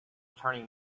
attorney